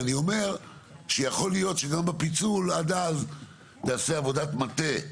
ואני אומר שיכול להיות שגם בפיצול עד אז תעשה עבודת מטה,